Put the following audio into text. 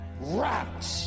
wrapped